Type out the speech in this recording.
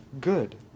good